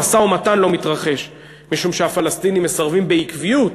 המשא-ומתן לא מתרחש משום שהפלסטינים מסרבים בעקביות